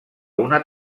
una